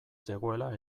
zegoela